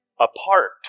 apart